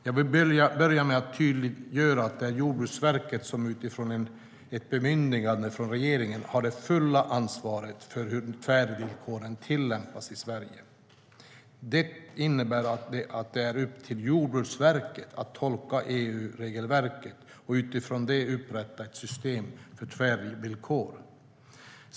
Jag vill börja med att tydliggöra att det är Jordbruksverket som utifrån ett bemyndigande från regeringen har det fulla ansvaret för hur tvärvillkoren tillämpas i Sverige. Det innebär att det är upp till Jordbruksverket att tolka EU-regelverket och utifrån det upprätta ett system för tvärvillkor.